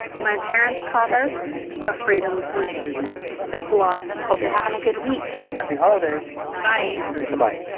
my parents call this a freedom point thanks a lot hope you're having a good week happy holidays bye buh-bye